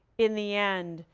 in the end,